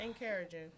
encouraging